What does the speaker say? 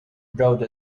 wrote